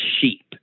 sheep